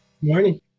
Morning